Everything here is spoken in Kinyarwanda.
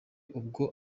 ubwo